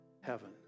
heaven